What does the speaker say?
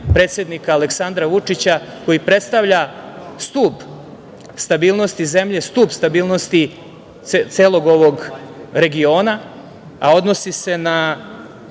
predsednika Aleksandra Vučića, koji predstavlja stub stabilnosti zemlje, stub stabilnosti celog regiona, a odnosi se na